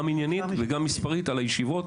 גם עניינית וגם מספרית על הישיבות,